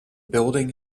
building